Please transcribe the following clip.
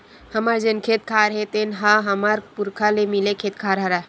हमर जेन खेत खार हे तेन ह हमर पुरखा ले मिले खेत खार हरय